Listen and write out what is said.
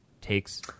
takes